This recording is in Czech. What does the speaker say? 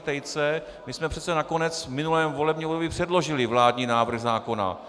Tejce my jsme přece nakonec v minulém volebním období předložili vládní návrh zákona.